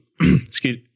excuse